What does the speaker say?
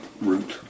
root